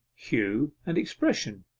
hue, and expression.